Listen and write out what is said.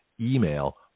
email